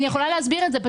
אני יכול להסביר את זה,